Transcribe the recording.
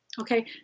Okay